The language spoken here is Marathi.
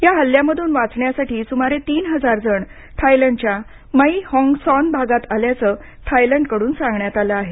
या हल्ल्यामधून वाचण्यासाठी सुमारे तीन हजार जण थायलंडच्या मै होंग सॉन भागात आल्याचं थायलंड कडून सांगण्यात आलं आहे